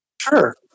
Sure